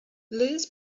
liz